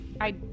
I-